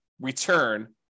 return